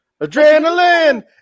Adrenaline